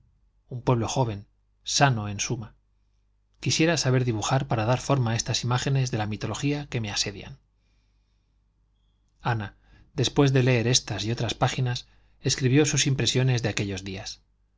un pueblo joven sano en suma quisiera saber dibujar para dar formas a estas imágenes de la mitología que me asedian ana después de leer estas y otras páginas escribió sus impresiones de aquellos días